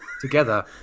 together